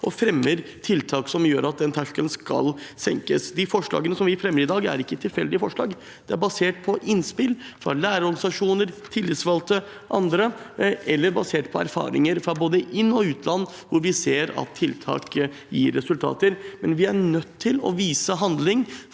og fremmer tiltak som gjør at den terskelen skal senkes. De forslagene som vi fremmer i dag, er ikke tilfeldige forslag. De er basert på innspill fra lærerorganisasjoner, tillitsvalgte og andre eller basert på erfaringer fra både inn- og utland hvor vi ser at tiltak gir resultater. Uansett er vi nødt til å vise handling